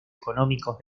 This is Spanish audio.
económicos